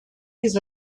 his